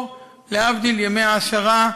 או, להבדיל, ימי העשרה,